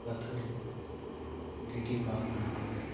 ᱟᱹᱛᱷᱟᱹᱲᱤ ᱜᱤᱰᱤ ᱵᱟᱝ ᱜᱟᱱᱚᱜᱼᱟ